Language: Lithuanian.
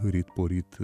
ryt poryt